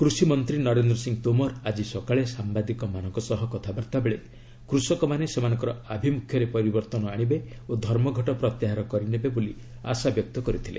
କୃଷିମନ୍ତ୍ରୀ ନରେନ୍ଦ୍ର ସିଂହ ତୋମର ଆଜି ସକାଳେ ସାମ୍ଭାଦିକମାନଙ୍କ ସହ କଥାବାର୍ତ୍ତା ବେଳେ କୃଷକମାନେ ସେମାନଙ୍କର ଆଭିମୁଖ୍ୟରେ ପରିବର୍ତ୍ତନ ଆଶିବେ ଓ ଧର୍ମଘଟ ପ୍ରତ୍ୟାହାର କରିନେବେ ବୋଲି ଆଶାବ୍ୟକ୍ତ କରିଥିଲେ